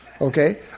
Okay